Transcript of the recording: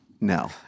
No